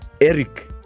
Eric